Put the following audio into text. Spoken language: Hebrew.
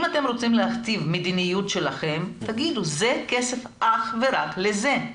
אם אתם רוצים להכתיב מדיניות שלהם תגידו שזה כסף אך ורק לזה.